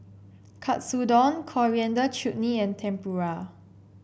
Katsudon Coriander Chutney and Tempura